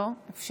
לא.